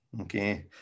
okay